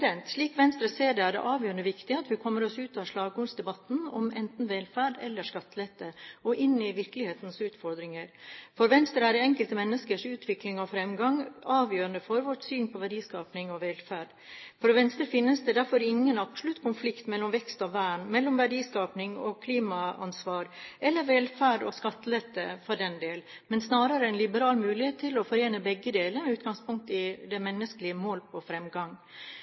Slik Venstre ser det, er det avgjørende viktig at vi kommer oss ut av slagorddebatten om «enten velferd eller skattelette» og inn i virkelighetens utfordringer. For Venstre er det enkelte menneskets utvikling og fremgang avgjørende for vårt syn på verdiskaping og velferd. For Venstre finnes det derfor ingen absolutte konflikter mellom vekst og vern, mellom verdiskaping og klimaansvar eller mellom velferd og skattelette for den del, men snarere en liberal mulighet til å forene begge deler med utgangspunkt i et menneskelig mål på fremgang.